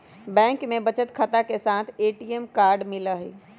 bank में बचत खाता के साथ ए.टी.एम कार्ड मिला हई